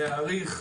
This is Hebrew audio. להעריך,